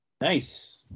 Nice